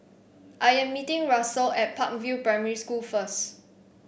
I am meeting Russell at Park View Primary School first